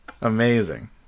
amazing